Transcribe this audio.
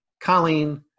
Colleen